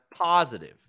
positive